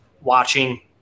watching